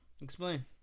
Explain